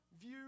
view